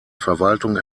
verwaltung